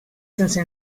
sense